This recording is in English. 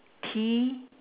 T